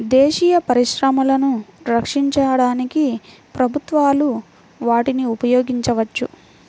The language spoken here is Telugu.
దేశీయ పరిశ్రమలను రక్షించడానికి ప్రభుత్వాలు వాటిని ఉపయోగించవచ్చు